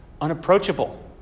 unapproachable